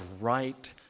right